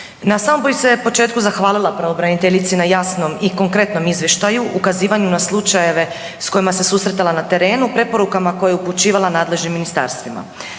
na samom bi se početku zahvalila pravobraniteljici na jasnom i konkretnom izvještaju, ukazivanju na slučajeve s kojima se susretala na terenu, preporukama koje je upućivala nadležnim ministarstvima.